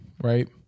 Right